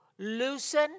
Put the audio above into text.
loosen